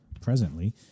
presently